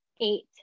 eight